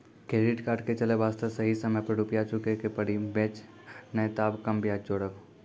Credit card के चले वास्ते सही समय पर रुपिया चुके के पड़ी बेंच ने ताब कम ब्याज जोरब?